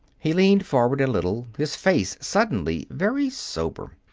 he leaned forward a little, his face suddenly very sober.